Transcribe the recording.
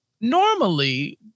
normally